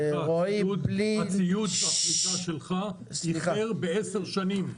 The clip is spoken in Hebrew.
ציוד הפריקה שלך --- בעשר שנים.